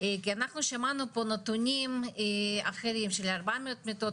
כי אנחנו שמענו פה נתונים אחרים של ארבע מאות מיטות,